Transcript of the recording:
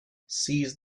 seize